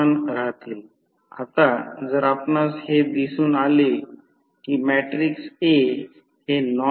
049 Ω मिळत आहे ते X मूल्य आहे आणि नुसार पुन्हा विभाजन Z B होईल कारण हे Ω आहे हे देखील 0